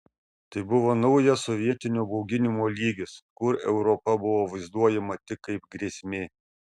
tai buvo naujas sovietinio bauginimo lygis kur europa buvo vaizduojama tik kaip grėsmė